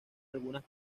algunas